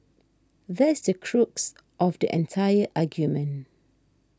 that's the crux of the entire argument